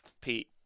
Pete